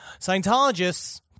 Scientologists